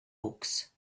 books